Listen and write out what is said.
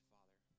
Father